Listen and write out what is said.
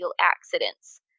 accidents